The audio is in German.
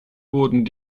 wurden